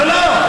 לא, לא.